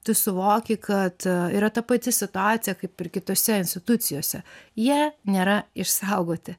tu suvoki kad yra ta pati situacija kaip ir kitose institucijose jie nėra išsaugoti